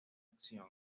acción